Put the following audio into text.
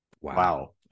Wow